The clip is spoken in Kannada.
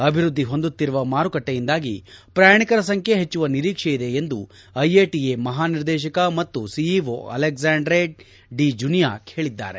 ಅಭಿವೃದ್ದಿ ಹೊಂದುತ್ತಿರುವ ಮಾರುಕಟ್ಟೆಯಿಂದಾಗಿ ಪ್ರಯಾಣಿಕರ ಸಂಖ್ಯೆ ಹೆಚ್ಚುವ ನಿರೀಕ್ಷೆ ಇದೆ ಎಂದು ಐಎಟಿಎ ಮಹಾನಿರ್ದೇಶಕ ಮತ್ತು ಸಿಇಒ ಅಲೆಕ್ಸಾಂಡ್ರೆ ಡಿ ಜುನಿಯಾಕ್ ಹೇಳಿದ್ದಾರೆ